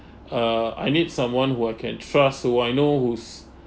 uh I need someone who I can trust who I know who's